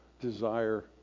desire